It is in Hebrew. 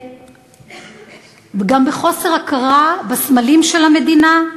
וגם בחוסר הכרה בסמלים של המדינה.